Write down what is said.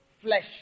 flesh